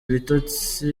ibitotsi